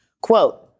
Quote